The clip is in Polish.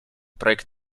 projekt